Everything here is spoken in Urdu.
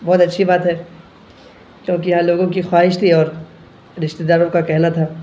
بہت اچھی بات ہے کیونکہ یہاں لوگوں کی خواہش تھی اور رشتے داروں کا کہنا تھا